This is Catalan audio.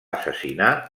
assassinar